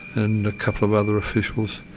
and a couple of other officials.